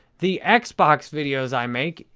the xbox xbox videos i make,